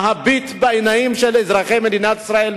נביט בעיניים של אזרחי מדינת ישראל,